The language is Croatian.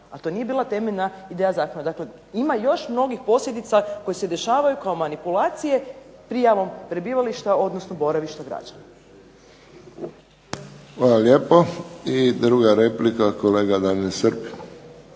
a to nije bila temeljna ideja zakona. Dakle, ima još mnogih posljedica koje se dešavaju kao manipulacije prijavom prebivališta, odnosno boravišta građana. **Friščić, Josip (HSS)** Hvala lijepo. I druga replika, kolega Daniel Srb.